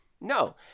No